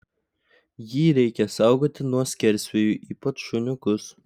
jį reikia saugoti nuo skersvėjų ypač šuniukus